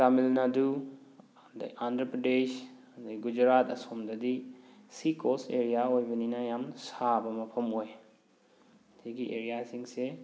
ꯇꯥꯃꯤꯜ ꯅꯥꯗꯨ ꯑꯗꯒꯤ ꯑꯟꯗ꯭ꯔ ꯄ꯭ꯔꯗꯦꯁ ꯑꯗꯩ ꯒꯨꯖꯔꯥꯠ ꯑꯁꯣꯝꯗꯗꯤ ꯁꯤ ꯀꯣꯁ ꯑꯦꯔꯤꯌꯥ ꯑꯣꯏꯕꯅꯤꯅ ꯌꯥꯝ ꯁꯥꯕ ꯃꯐꯝ ꯑꯣꯏ ꯁꯤꯒꯤ ꯑꯦꯔꯤꯌꯥꯁꯤꯡꯁꯦ